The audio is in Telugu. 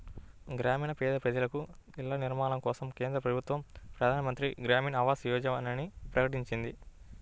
గ్రామీణ పేద ప్రజలకు ఇళ్ల నిర్మాణం కోసం కేంద్ర ప్రభుత్వం ప్రధాన్ మంత్రి గ్రామీన్ ఆవాస్ యోజనని ప్రకటించింది